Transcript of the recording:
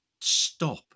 stop